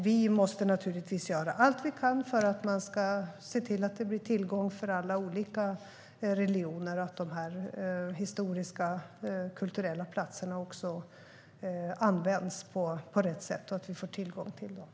Vi måste naturligtvis göra allt vi kan för att se till att alla olika religioner får tillgång till de här historiska och kulturella platserna och att de också används på rätt sätt.